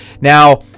Now